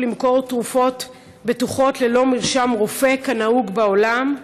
למכור תרופות בטוחות ללא מרשם רופא כנהוג בעולם,